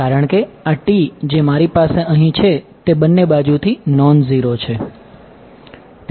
કારણ કે આ T જે મારી પાસે અહીં છે તે બંને બાજુથી નોન ઝીરો છે